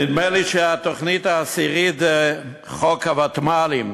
נדמה לי שהתוכנית העשירית זה חוק הוותמ"לים.